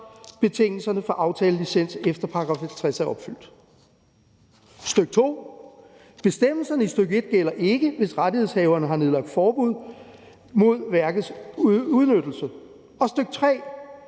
betingelserne for aftalelicens efter § 50 er opfyldt. Stk. 2: Bestemmelserne i stk. 1 gælder ikke, hvis rettighedshaverne har nedlagt forbud mod værkets udnyttelse. Stk.